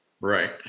Right